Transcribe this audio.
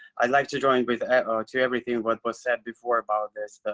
i'd like to join with ah to everything what was said before about this,